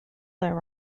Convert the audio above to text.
there